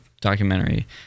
documentary